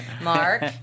Mark